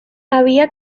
había